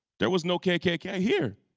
there was no kkk here,